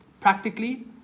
Practically